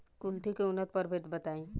कुलथी के उन्नत प्रभेद बताई?